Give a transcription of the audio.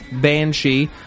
Banshee